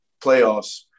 playoffs